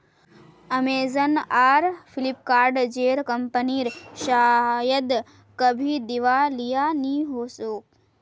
Amazon आर Flipkart जेर कंपनीर शायद कभी दिवालिया नि हो तोक